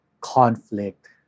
conflict